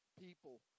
people